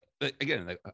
Again